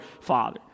Father